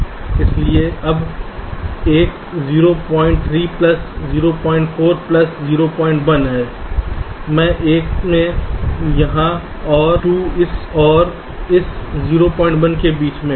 इसलिए अब एक 03 प्लस 04 प्लस 01 है ये एक में हैं यह और 2 इस और इस 01 के बीच है